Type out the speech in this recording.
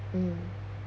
um